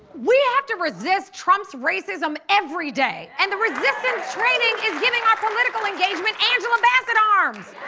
we have to resist trump's racism every day. and the resistance training is giving our political engagement angela bassett arms.